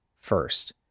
first